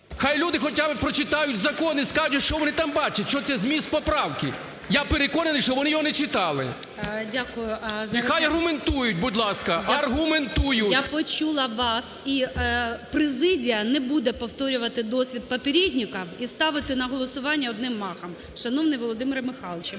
Нехай люди хоча б прочитають закони і скажуть, що вони там бачать, що це зміст поправки. Я переконаний, що вони його не читали. Нехай аргументують, будь ласка, аргументують. ГОЛОВУЮЧИЙ. Дякую. Я почула вас, і президія не буде повторювати досвід "попєрєдніков" і ставити на голосування одним махом. Шановний Володимире Михайловичу,